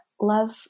love